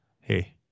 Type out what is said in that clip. hey